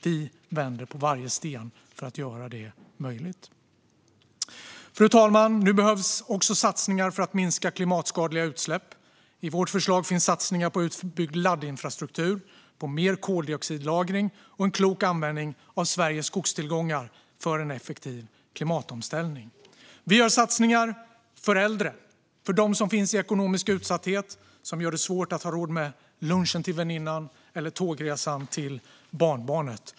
Vi vänder på varje sten för att göra det möjligt. Fru talman! Nu behövs också satsningar för att minska klimatskadliga utsläpp. I vårt förslag finns satsningar på utbyggd laddinfrastruktur, mer koldioxidlagring och en klok användning av Sveriges skogstillgångar för en effektiv klimatomställning. Vi gör satsningar för äldre, för dem som är i ekonomisk utsatthet och har svårt att ha råd med lunchen till väninnan eller tågresan till barnbarnet.